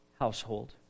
household